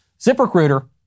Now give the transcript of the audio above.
ZipRecruiter